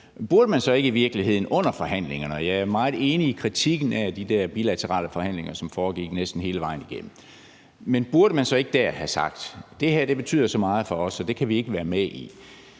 virkeligheden under forhandlingerne – og jeg er meget enig i kritikken af de der bilaterale forhandlinger, som foregik næsten hele vejen igennem – have sagt, at det her betyder så meget for os, så det kan vi ikke være med i?